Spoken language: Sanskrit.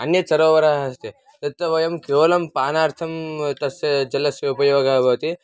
अन्यत् सरोवरः अस्ति यत्तु वयं केवलं पानार्थं तस्य जलस्य उपयोगः भवति